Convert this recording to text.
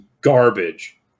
garbage